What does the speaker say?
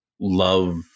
love